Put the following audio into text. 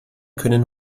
können